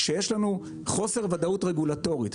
כשיש חוסר ודאות רגולטורית,